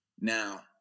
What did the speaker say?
Now